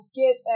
get